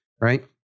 right